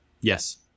Yes